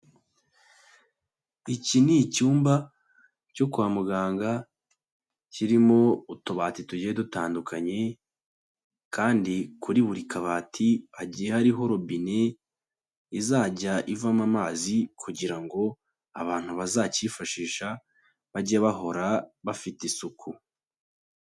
Iki ni icyumba cyo kwa muganga kirimo utubati tugiye dutandukanye kandi kuri buri kabati hagiye hariho robine izajya ivamo amazi kugira ngo abantu bazakifashisha bajye bahora bafite isuku.